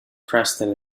preston